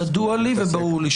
ידוע לי וברור לי,